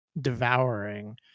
devouring